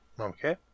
Okay